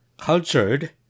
Cultured